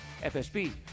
FSB